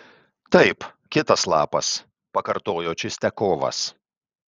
taip kitas lapas pakartojo čistiakovas